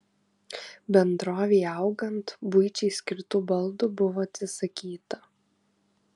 bendrovei augant buičiai skirtų baldų buvo atsisakyta